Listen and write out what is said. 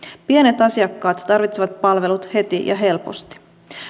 pienet asiakkaat tarvitsevat palvelut heti ja helposti